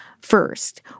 First